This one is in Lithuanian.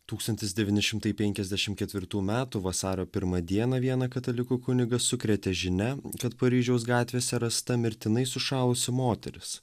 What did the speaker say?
tūkstantis devyni šimtai penkiasdešim ketvirtų metų vasario pirmą dieną vieną katalikų kunigą sukrėtė žinia kad paryžiaus gatvėse rasta mirtinai sušalusi moteris